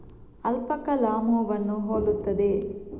alpaca ಲಾಮೂವನ್ನು ಹೋಲುತ್ತದೆ